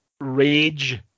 rage